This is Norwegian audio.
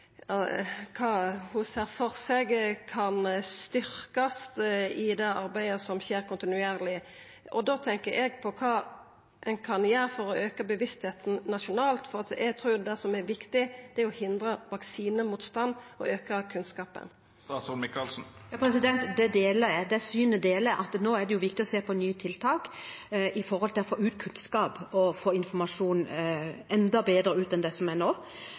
ho ser for seg kan styrkjast i det arbeidet som skjer kontinuerleg, og då tenkjer eg på kva ein kan gjera for å auka bevisstheita nasjonalt. For eg trur at det som er viktig, er å hindra vaksinemostand og auka kunnskapen. Det synet deler jeg, at det nå er viktig å se på nye tiltak når det gjelder å få ut kunnskap og informasjon enda bedre enn slik det er nå.